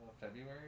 February